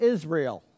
Israel